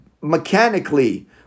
mechanically